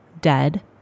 dead